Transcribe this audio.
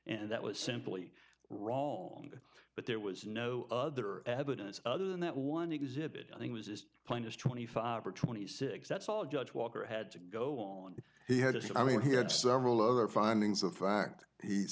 and that was simply wrong but there was no other evidence other than that one exhibit i think was as plain as twenty five or twenty six that's all judge walker had to go on he had to say i mean he had several other findings of fact he